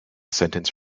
sentence